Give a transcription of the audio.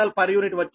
u వచ్చి 5